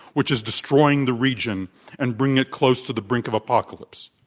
which is destroying the region and bringing it close to the brink of apocalypse.